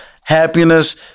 happiness